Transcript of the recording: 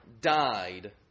died